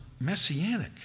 messianic